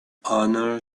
honour